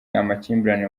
amakimbirane